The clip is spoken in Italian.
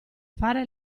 fare